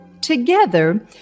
Together